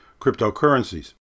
cryptocurrencies